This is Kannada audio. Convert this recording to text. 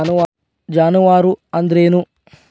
ಜಾನುವಾರು ಅಂದ್ರೇನು?